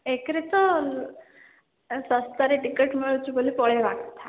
ଏକରେ ତ ଶସ୍ତାରେ ଟିକେଟ୍ ମିଳୁଛି ବୋଲି ପଳାଇବା କଥା